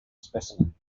specimen